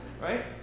right